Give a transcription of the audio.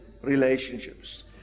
relationships